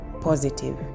positive